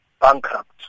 bankrupt